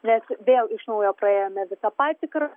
nes vėl iš naujo praėjome visą patikrą